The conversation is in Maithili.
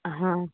हँ